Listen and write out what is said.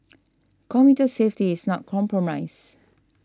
commuter safety is not compromised